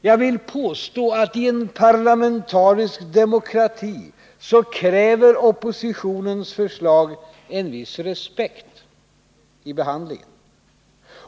Jag vill påstå att i en parlamentarisk demokrati kräver oppositionens förslag en viss respekt i behandlingen.